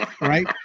Right